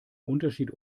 unterschied